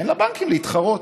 תן לבנקים להתחרות.